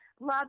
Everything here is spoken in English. love